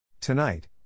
Tonight